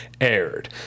aired